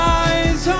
eyes